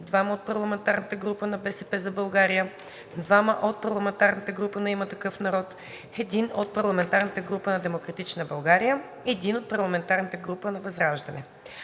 2 от парламентарната група на „БСП за България“, 2 от парламентарната група на „Има такъв народ“, 1 от парламентарната група на „Демократична България“, 1 от парламентарната група на партия